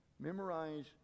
Memorize